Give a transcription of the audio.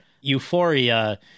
Euphoria